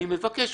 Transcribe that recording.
אני מבקש.